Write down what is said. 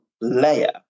layer